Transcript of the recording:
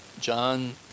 John